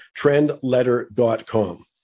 trendletter.com